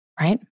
right